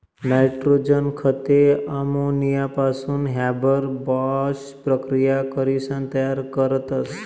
nitrogen खते अमोनियापासून Haber Bosch प्रकिया करीसन तयार करतस